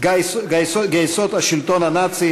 גייסות השלטון הנאצי,